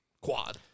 quad